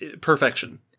perfection